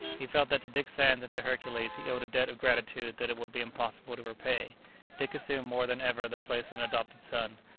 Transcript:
he felt that to dick sands and to hercules he owed a debt of gratitude that it would be impossible to repay dick assumed more than ever the place of an adopted son,